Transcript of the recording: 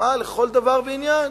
מלחמה לכל דבר ועניין.